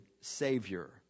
Savior